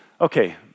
Okay